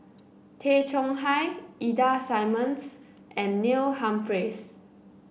Tay Chong Hai Ida Simmons and Neil Humphreys